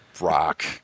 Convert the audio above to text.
rock